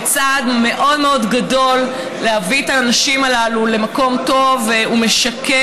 זה צעד מאוד מאוד גדול להביא את הנשים הללו למקום טוב ומשקם,